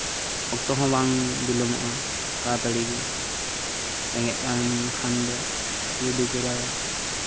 ᱚᱠᱛᱚ ᱦᱚᱸ ᱵᱟᱝ ᱵᱤᱞᱚᱢᱚᱜᱼᱟ ᱛᱟᱲᱟᱛᱟᱲᱤ ᱨᱮᱸᱜᱮᱡ ᱠᱟᱢ ᱠᱷᱟᱱ ᱫᱚ ᱨᱮᱰᱤ ᱠᱚᱨᱟ